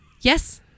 Yes